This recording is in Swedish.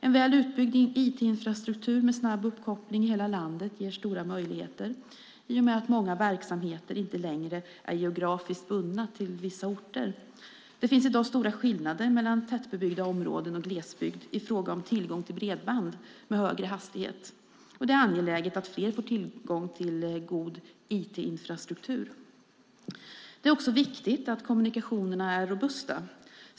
En väl utbyggd IT-infrastruktur med snabb uppkoppling i hela landet ger stora möjligheter i och med att många verksamheter inte längre är geografiskt bundna till vissa orter. Det finns i dag stora skillnader mellan tätbebyggda områden och glesbygd i fråga om tillgång till bredband med högre hastighet. Det är angeläget att fler får tillgång till god IT-infrastruktur. Det är också viktigt att kommunikationerna är robusta.